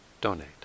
donate